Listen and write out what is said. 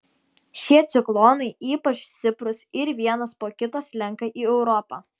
šie ciklonai ypač stiprūs ir vienas po kito slenka į europą